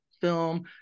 film